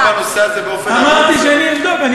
עסקנו בנושא הזה באופן, אמרתי שאני אבדוק.